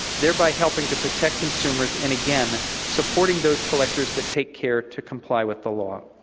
thereby helping to protect consumers and, again, supporting those collectors that take care to comply with the law.